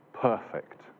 perfect